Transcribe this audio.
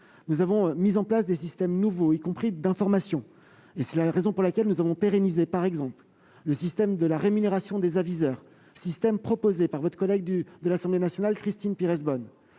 Nous avons mis en place des systèmes nouveaux, y compris d'information. Nous avons par exemple pérennisé le système de la rémunération des aviseurs, système proposé par votre collègue de l'Assemblée nationale, Christine Pires Beaune.